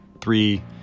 three